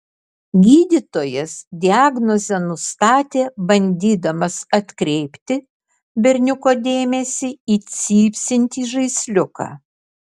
gydytojas diagnozę nustatė bandydamas atkreipti berniuko dėmesį į cypsintį žaisliuką